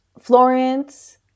Florence